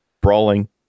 brawling